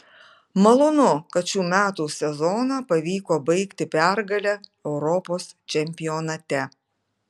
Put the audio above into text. malonu kad šių metų sezoną pavyko baigti pergale europos čempionate